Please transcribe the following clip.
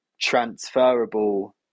transferable